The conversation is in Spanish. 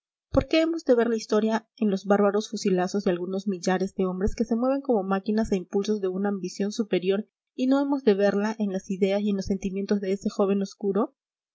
por qué hemos de ver la historia en los bárbaros fusilazos de algunos millares de hombres que se mueven como máquinas a impulsos de una ambición superior y no hemos de verla en las ideas y en los sentimientos de ese joven oscuro